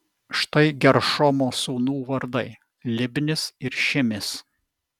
štai geršomo sūnų vardai libnis ir šimis